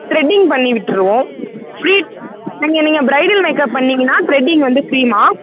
threading பண்ணிவிட்டுருவோம் free இங்கே நீங்கள் ப்ரைடல் மேக்கப் பண்ணீங்கன்னா த்ரெட்டிங் வந்து ஃப்ரீம்மா